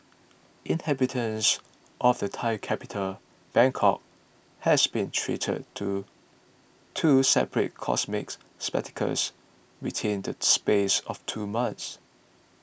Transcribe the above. inhabitants of the Thai capital Bangkok has been treated to two separate cosmic spectacles within the space of two months